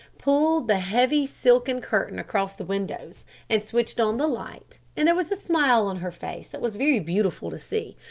pulled the heavy silken curtain across the windows and switched on the light, and there was a smile on her face that was very beautiful to see.